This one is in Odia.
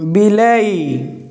ବିଲେଇ